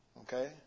Okay